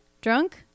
drunk